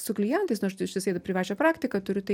su klientais nors aš ištisai privačią praktiką turiu tai